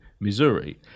missouri